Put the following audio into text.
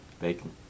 Bacon